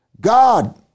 God